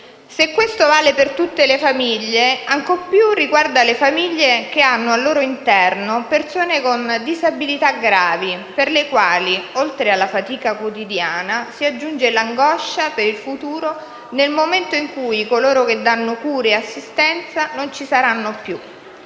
Se questo vale per tutte le famiglie, ancor più riguarda le famiglie che hanno al loro interno persone con disabilità gravi, per le quali, oltre alla fatica quotidiana, si aggiunge l'angoscia per il futuro nel momento in cui coloro che danno cure e assistenza non ci saranno più.